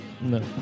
No